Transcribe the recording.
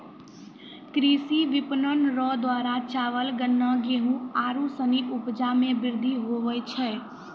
कृषि विपणन रो द्वारा चावल, गन्ना, गेहू आरू सनी उपजा मे वृद्धि हुवै छै